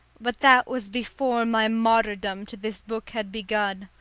but that was before my martyrdom to this book had begun.